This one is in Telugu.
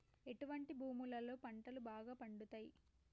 ఎటువంటి భూములలో పంటలు బాగా పండుతయ్?